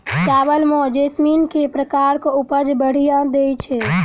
चावल म जैसमिन केँ प्रकार कऽ उपज बढ़िया दैय छै?